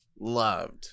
loved